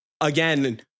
again